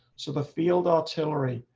so the field artillery,